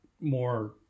more